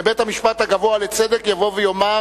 ובית-המשפט הגבוה לצדק יבוא ויאמר: